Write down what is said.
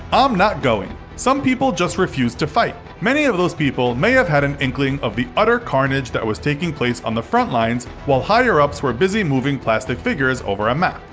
i'm not going some people just refused to fight. many of those people may have had an inkling of the utter carnage that was taking place on the front lines while higher-ups were busy moving plastic figures over a map.